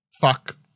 fuck